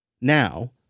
now